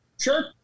Sure